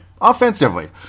Offensively